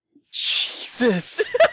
Jesus